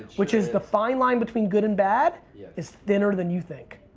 which is the fine line between good and bad yeah is thinner than you think.